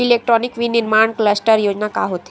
Electronic विनीर्माण cluster योजना का होथे?